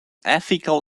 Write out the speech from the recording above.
ethical